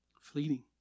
fleeting